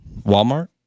Walmart